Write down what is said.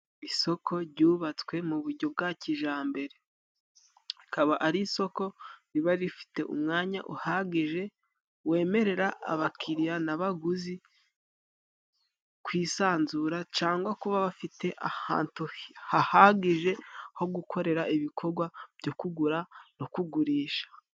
Isoko ryubatswe mu bujyo bwa kijambere rikaba ari isoko riba rifite umwanya uhagije wemerera abakiriya n'abaguzi kwisanzura ,cangwa kuba bafite ahantu hahagije ho gukorera ibikogwa byo kugura no kugurisha.